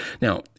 Now